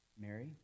Mary